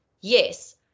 yes